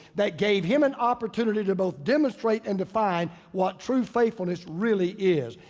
that gave him an opportunity to both demonstrate and define what true faithfulness really is.